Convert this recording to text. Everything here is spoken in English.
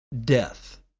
death